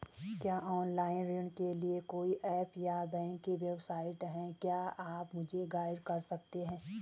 क्या ऑनलाइन ऋण के लिए कोई ऐप या बैंक की वेबसाइट है क्या आप मुझे गाइड कर सकते हैं?